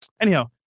Anyhow